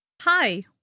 Hi